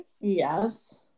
Yes